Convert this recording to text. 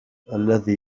الذي